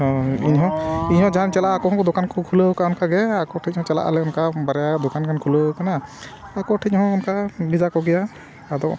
ᱚ ᱤᱧ ᱦᱚᱸ ᱤᱧ ᱦᱚᱸ ᱡᱟᱦᱟᱧ ᱪᱟᱞᱟᱜ ᱟᱠᱚ ᱦᱚᱸ ᱫᱚᱠᱟᱱ ᱠᱚ ᱠᱷᱩᱞᱟᱹᱣ ᱠᱟᱜᱼᱟ ᱚᱱᱠᱟ ᱜᱮ ᱟᱠᱚ ᱴᱷᱮᱱ ᱦᱚᱸ ᱪᱟᱞᱟᱜ ᱟᱞᱮ ᱚᱱᱠᱟ ᱵᱟᱨᱭᱟ ᱫᱚᱠᱟᱱ ᱜᱟᱱ ᱠᱷᱩᱞᱟᱹᱣ ᱟᱠᱟᱱᱟ ᱟᱠᱚ ᱴᱷᱮᱱ ᱦᱚᱸ ᱚᱱᱠᱟ ᱵᱷᱮᱡᱟ ᱠᱚᱜᱮᱭᱟ ᱟᱫᱚ